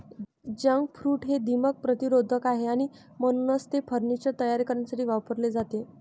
jackfruit हे दीमक प्रतिरोधक आहे आणि म्हणूनच ते फर्निचर तयार करण्यासाठी वापरले जाते